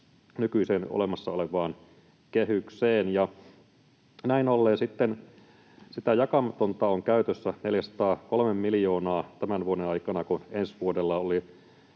nykyiseen olemassa olevaan kehykseen, ja näin ollen sitten sitä jakamatonta on käytössä 403 miljoonaa tämän vuoden aikana, kun viime vuodelta jäi